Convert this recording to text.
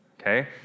okay